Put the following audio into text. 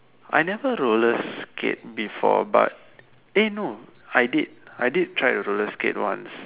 I never roller skate before but eh no I did I did try to roller skate once